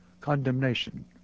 condemnation